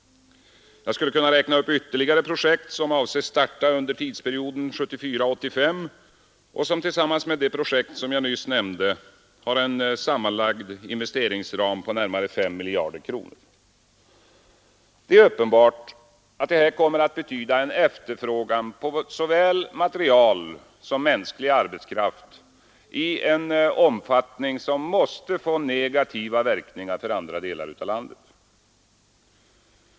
Jag skulle kunna räkna upp ytterligare projekt som avses starta under tidsperioden 1974—1985 och som tillsammans med det projekt jag nyss nämnde har en sammanlagd investeringsram på närmare 5 miljarder kronor. Det är uppenbart att det här kommer att betyda en efterfrågan på såväl material som mänsklig arbetskraft i en omfattning som måste få negativa verkningar för andra delar av landet.